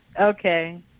okay